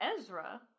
Ezra